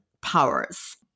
powers